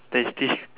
tasty